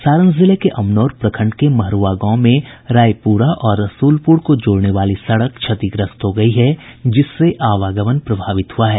सारण जिले के अमनौर प्रखंड के महरूआ गांव में रायपुरा और रसुलपुर को जोड़ने वाली सड़क क्षतिग्रस्त हो गयी है जिससे आवागमन प्रभावित हुआ है